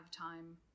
time